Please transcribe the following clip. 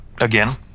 again